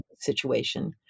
situation